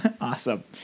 Awesome